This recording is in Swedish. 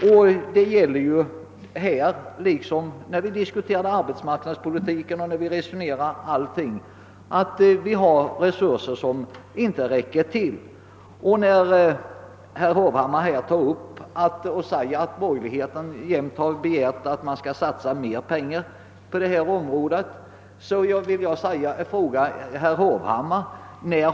På detta liksom på andra områden inom arbetsmarknadspolitiken är ju resurserna otillräckliga. Herr Hovhammar sade att borgerligheten alltid har begärt att man skall satsa mer pengar till företagareföreningarnas verksamhet.